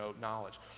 knowledge